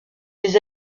les